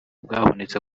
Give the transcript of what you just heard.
bwabonetse